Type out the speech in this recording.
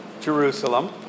Jerusalem